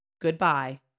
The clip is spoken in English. Goodbye